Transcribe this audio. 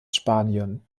spanien